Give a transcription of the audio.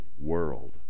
world